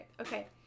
Okay